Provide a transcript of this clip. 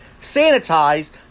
sanitized